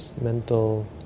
mental